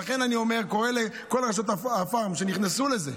לכן אני אומר: אני קורא לכל רשתות הפארם שנכנסו לזה,